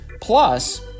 plus